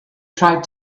tried